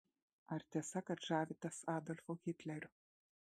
ar tiesa kad žavitės adolfu hitleriu